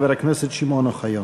חבר הכנסת שמעון אוחיון.